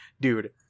dude